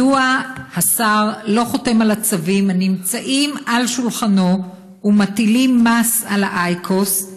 השר לא חותם על הצווים הנמצאים על שולחנו ומטילים מס על אייקוס,